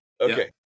Okay